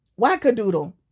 wackadoodle